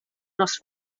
nos